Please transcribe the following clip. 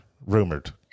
rumored